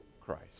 Christ